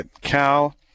Cal